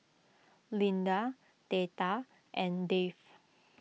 Linda theta and Dave